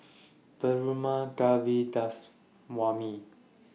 Perumal Govindaswamy